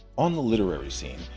on the literary scene,